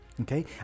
Okay